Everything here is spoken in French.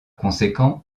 conséquent